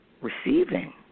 receiving